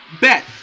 Bet